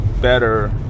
better